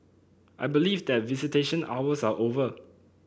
I believe that visitation hours are over